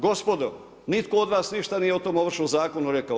Gospodo, nitko od vas ništa nije o tom Ovršnom zakonu rekao.